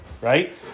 Right